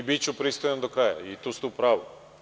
I biću pristojan do kraja i tu ste u pravu.